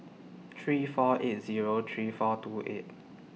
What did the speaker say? three four eight Zero three four two eight